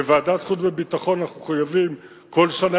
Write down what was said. בוועדת חוץ וביטחון אנחנו מחויבים כל שנה